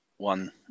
One